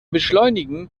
beschleunigen